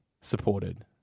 supported